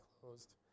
closed